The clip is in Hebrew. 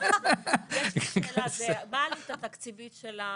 יש לי שאלה: מה העלות התקציבית של התקנות?